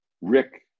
Rick